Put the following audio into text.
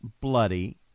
bloody